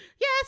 Yes